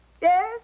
Yes